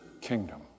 kingdom